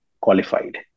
qualified